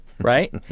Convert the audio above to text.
right